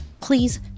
Please